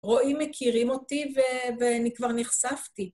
רואים, מכירים אותי ואני כבר נחשפתי.